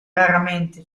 raramente